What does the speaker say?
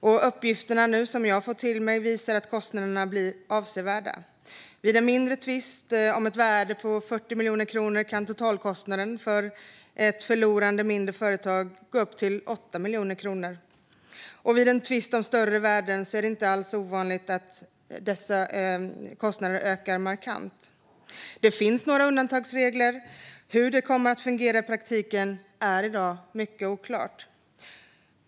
Och uppgifterna nu visar att kostnaderna blir avsevärda. Vid en mindre tvist om ett värde på 40 miljoner kronor kan totalkostnaden för ett förlorande mindre företag gå upp till 8 miljoner kronor. Vid en tvist om större värden är det inte ovanligt att kostnaderna ökar markant. Det finns några undantagsregler. Hur de kommer att fungera i praktiken är i dag mycket oklart.